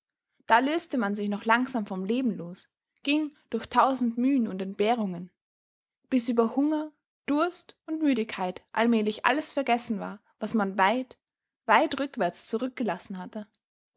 da löste man sich noch langsam vom leben los ging durch tausend mühen und entbehrungen bis über hunger durst und müdigkeit allmählich alles vergessen war was man weit weit rückwärts zurückgelassen hatte